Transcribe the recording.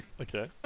Okay